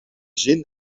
zin